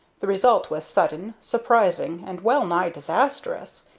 the result was sudden, surprising, and wellnigh disastrous.